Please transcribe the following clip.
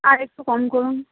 আর একটু কম করুন